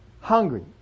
hungry